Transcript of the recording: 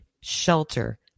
shelter